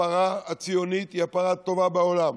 הפרה הציונית היא הפרה הטובה בעולם.